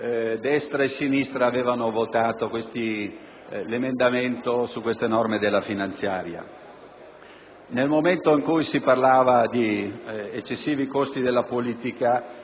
destra e sinistra votarono l'emendamento relativo a queste norme della finanziaria. Nel momento in cui si parlava di eccessivi costi della politica